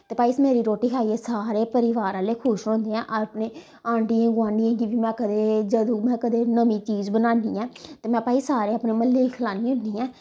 ते भाई मेरी रोटी खाइयै सारे परिवार आह्ले खुश होंदे ऐं अपने आंढियें गोआंढियें गी बी में क'दें जदूं में क'दें नमीं चीज़ बनानी ऐं ते भाई में सारे अपने म्ह्ल्ले ई खलान्नी ऐं